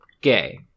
gay